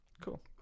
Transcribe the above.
cool